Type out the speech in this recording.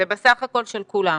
זה בסך הכול של כולם,